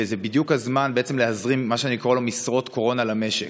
וזה בדיוק הזמן להזרים מה שאני קורא לו "משרות קורונה" למשק.